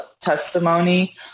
testimony